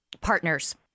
partners